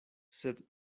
sed